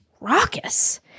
raucous